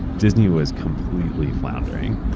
disney was completely floundering,